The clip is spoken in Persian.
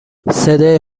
صدای